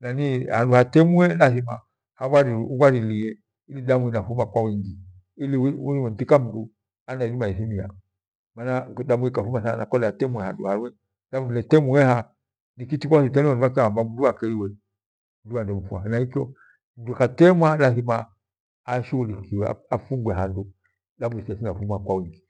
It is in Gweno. nanii handu hatemiwe nilathima, abharilie ili damu inafuma kwa wingi uriwe itika mdu ili anathimia mana kole damu ikafuma thana kole atemiwe handu harwe, thafundu uletemiha nihitikwa hospitali bhakaghamba mduu akeiwe hanaikyo mdukutema milathima ashghuliwe apfungwe handu damu tho tinafuma kwa wingi.